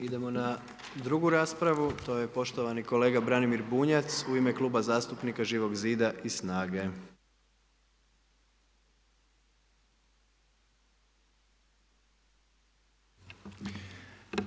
Idemo na drugu raspravu, to je poštovani kolega Branimir Bunjac, u ime Kluba zastupnika Živog zida i SNAGA-e.